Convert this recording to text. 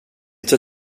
tar